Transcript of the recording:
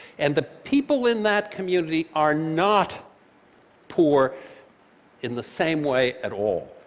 and the people in that community are not poor in the same way at all.